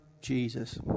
Jesus